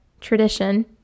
tradition